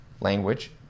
language